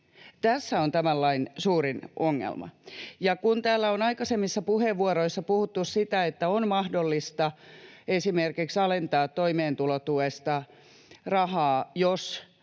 Tässä on tämän lain suurin ongelma. Kun täällä on aikaisemmissa puheenvuoroissa puhuttu, että on mahdollista esimerkiksi alentaa toimeentulotuesta rahaa, jos